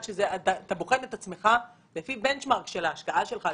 שאתה בוחן את עצמך לפי בנצ'מרק של ההשקעה שלך,